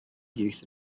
youth